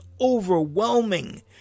overwhelming